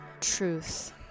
truth